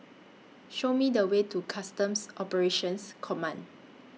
Show Me The Way to Customs Operations Command